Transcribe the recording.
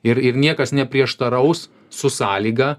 ir ir niekas neprieštaraus su sąlyga